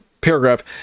paragraph